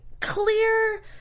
clear